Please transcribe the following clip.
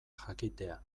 jakitea